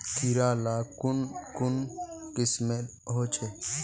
कीड़ा ला कुन कुन किस्मेर होचए?